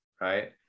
right